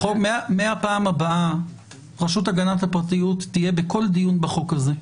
מהפעם הבאה רשות הגנת הפרטיות תהיה בכל דיון בחוק הזה.